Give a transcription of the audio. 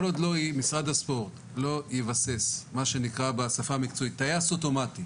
כל עוד משרד הספורט לא יבסס בשפה המקצועית טייס אוטומטי